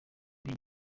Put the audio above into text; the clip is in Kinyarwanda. bana